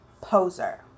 poser